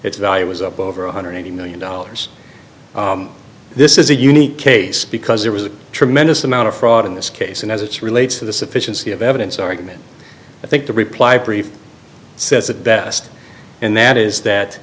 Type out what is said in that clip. its value was up over one hundred eighty million dollars this is a unique case because there was a tremendous amount of fraud in this case and as it relates to the sufficiency of evidence argument i think the reply brief says it best and that is that